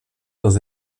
dans